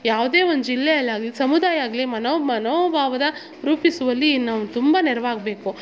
ಯಾವುದೆ ಒಂದು ಜಿಲ್ಲೆಯಲ್ಲಾಗಲಿ ಸಮುದಾಯ ಆಗಲಿ ಮನೋ ಮನೋಭಾವದ ರೂಪಿಸುವಲ್ಲಿ ನಾವು ತುಂಬ ನೆರವಾಗಬೇಕು